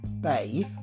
Bay